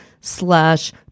slash